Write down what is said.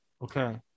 Okay